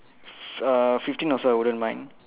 f~ uh fifteen also I wouldn't mind